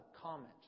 comment